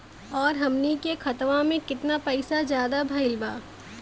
और अब हमनी के खतावा में कितना पैसा ज्यादा भईल बा?